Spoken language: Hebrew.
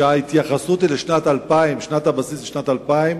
כשההתייחסות היא לשנת 2000. שנת הבסיס היא שנת 2000,